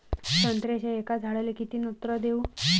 संत्र्याच्या एका झाडाले किती नत्र देऊ?